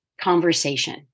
conversation